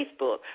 Facebook